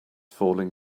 falling